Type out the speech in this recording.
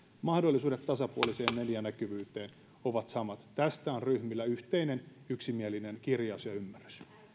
mahdollisuudet tasapuoliseen medianäkyvyyteen ovat samat tästä on ryhmillä yhteinen yksimielinen kirjaus ja ymmärrys